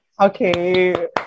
okay